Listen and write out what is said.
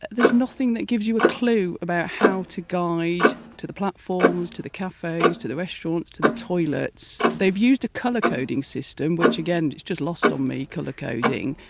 there's nothing that gives you a clue about how to guide to the platforms, to the cafes, to the restaurants, to the toilets, so they've used a colour coding system, which again it's just lost on me colour-coding.